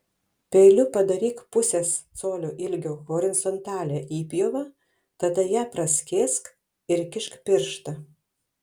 peiliu padaryk pusės colio ilgio horizontalią įpjovą tada ją praskėsk ir įkišk pirštą